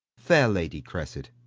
fair lady cressid,